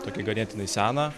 tokį ganėtinai seną